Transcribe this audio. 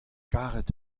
karet